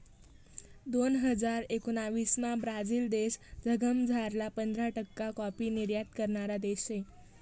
दोन हजार एकोणाविसमा ब्राझील देश जगमझारला पंधरा टक्का काॅफी निर्यात करणारा देश शे